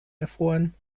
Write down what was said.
erfroren